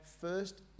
first